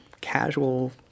casual